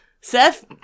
Seth